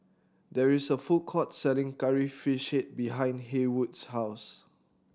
there is a food court selling Curry Fish Head behind Haywood's house